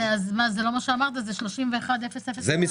עליהן.